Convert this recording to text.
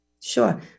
Sure